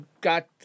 got